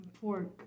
pork